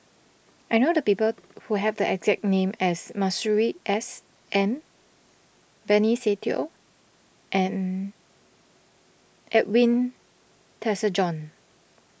I know the people who have the exact name as Masuri S N Benny Se Teo and Edwin Tessensohn